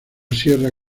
sierra